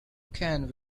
can